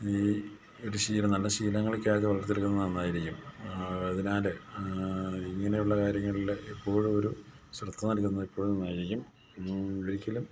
ഈ ഒരു ശീലം നല്ല ശീലങ്ങളൊക്കെ ആയതു വളർത്തിയെടുക്കുന്നത് നന്നായിരിക്കും അതിനാല് ഇങ്ങനെയുള്ള കാര്യങ്ങളിൽ എപ്പോഴും ഒരു ശ്രദ്ധ നൽകുന്നത് എപ്പോഴും നന്നായിരിക്കും ഒരിക്കലും